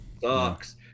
sucks